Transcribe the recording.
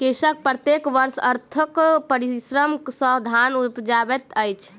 कृषक प्रत्येक वर्ष अथक परिश्रम सॅ धान उपजाबैत अछि